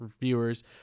viewers